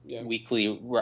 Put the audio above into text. weekly